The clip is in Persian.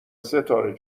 ستاره